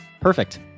perfect